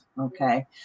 Okay